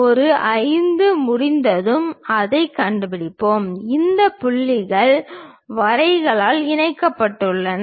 ஒரு 5 முடிந்ததும் அதைக் கண்டுபிடிப்போம் இந்த புள்ளிகள் வரிகளால் இணைக்கப்பட்டுள்ளன